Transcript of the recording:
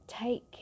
Take